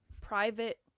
private